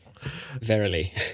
Verily